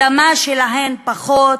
האדמה שלהם, פחות,